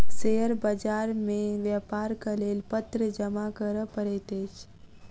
share बाजार मे व्यापारक लेल पत्र जमा करअ पड़ैत अछि